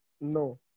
No